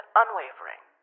unwavering